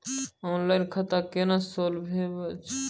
Online खाता केना खोलभैबै?